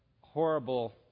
horrible